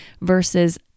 versus